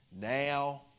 Now